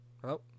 Hello